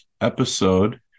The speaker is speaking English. episode